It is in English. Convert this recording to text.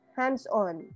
hands-on